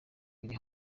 biri